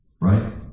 Right